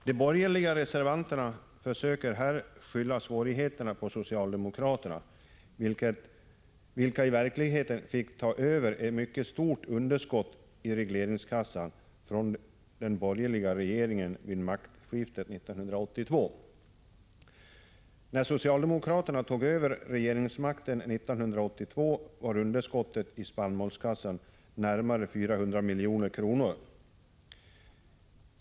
De borgerliga reservanterna försöker här skylla svårigheterna på socialdemokraterna, vilka i verkligheten fick ta över ett mycket stort underskott i regleringskassan från den borgerliga regeringen vid maktskiftet 1982. När socialdemokraterna tog över regeringsmakten 1982 var underskottet i spannmålskassan närmare 400 milj.kr.